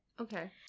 Okay